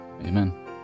amen